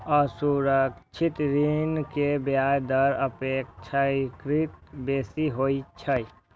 असुरक्षित ऋण के ब्याज दर अपेक्षाकृत बेसी होइ छै